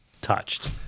touched